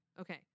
Okay